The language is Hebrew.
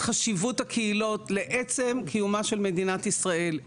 חשיבות הקהילות לעצם קיומה של מדינת ישראל,